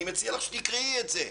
אני מציע לך שתקראי את זה.